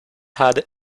had